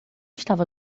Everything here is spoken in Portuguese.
estava